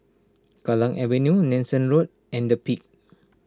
Kallang Avenue Nanson Road and the Peak